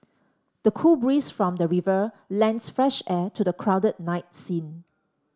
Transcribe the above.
the cool breeze from the river lends fresh air to the crowded night scene